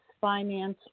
finance